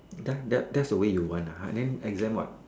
ya that's that's the way you want ah then exam what